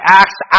acts